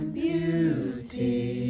beauty